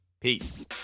Peace